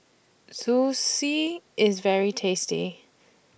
Zosui IS very tasty